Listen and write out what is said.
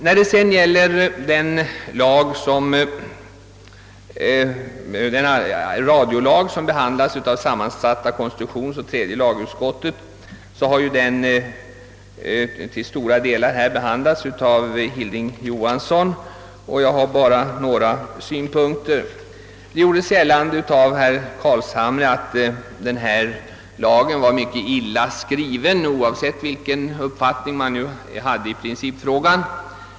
När det sedan gäller den radiolag, som behandlats av sammansatta konstitutionsoch tredje lagutskottet, har denna till stora delar berörts här av herr Hilding Johansson. Jag vill endast framföra några synpunkter. Herr Carlshamre gjorde gällande, att denna lag var mycket illa skriven, oavsett vilken uppfattning man hade i principfrågan.